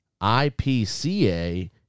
IPCA